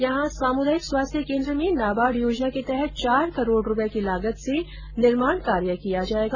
यहां सामुदायिक स्वास्थ्य केन्द्र में नाबार्ड योजना के तहत चार करोड़ रूपये की लागत से निर्माण कार्य किया जायेगा